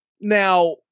now